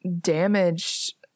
damaged